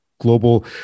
global